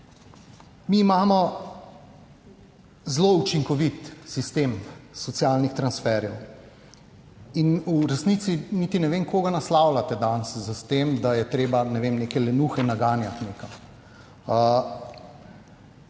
Mi imamo zelo učinkovit sistem socialnih transferjev. V resnici niti ne vem, koga naslavljate danes s tem, da je treba, ne vem, neke lenuhe naganjati nekam.